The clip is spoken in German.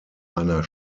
einer